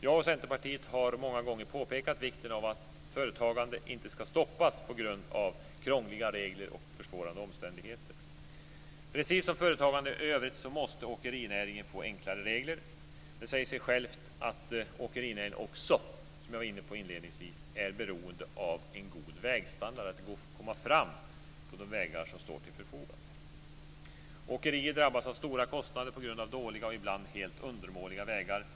Jag och Centerpartiet har många gånger påpekat vikten av att företagande inte ska stoppas på grund av krångliga regler och försvårande omständigheter. Precis som företagande i övrigt måste åkerinäringen få enklare regler. Det säger sig självt att åkerinäringen också, som jag inledningsvis var inne på, är beroende av en god vägstandard, att det går att komma fram på de vägar som står till förfogande. Åkerier drabbas av stora kostnader på grund av dåliga och ibland helt undermåliga vägar.